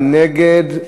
מי נגד?